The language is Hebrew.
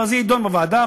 אבל זה יידון בוועדה,